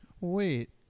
Wait